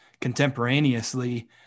contemporaneously